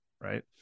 right